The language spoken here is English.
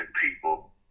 people